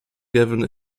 given